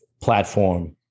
platform